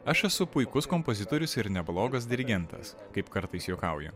aš esu puikus kompozitorius ir neblogas dirigentas kaip kartais juokauja